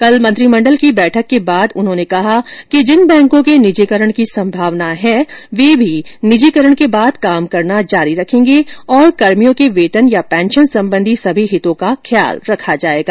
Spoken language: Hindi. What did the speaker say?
कल मंत्रिमंडल की बैठक के बाद उन्होंने कहा कि जिन बैंकों के निजीकरण की संभावना है वे भी निजीकरण के बाद काम करना जारी रखेंगे और कर्मियों के वेतन या पेंशन संबंधी सभी हितों का ख्याल रखा जायेगा